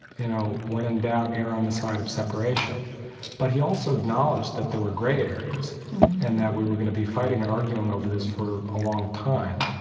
you know, when in doubt err on the side of separation but he also acknowledged that there were gray areas and that we we're going to be fighting and arguing over this for a long time.